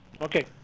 Okay